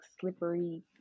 slippery